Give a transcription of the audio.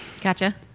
Gotcha